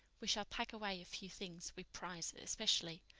we shall pack away a few things we prize especially,